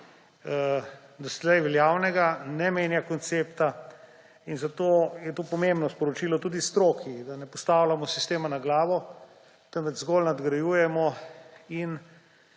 doslej veljavnega, ne menja koncepta in zato je to pomembno sporočilo tudi stroki, da ne postavljamo sistema na glavo, temveč zgolj nadgrajujemo in